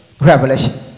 Revelation